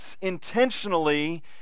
intentionally